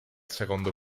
secondo